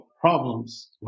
problems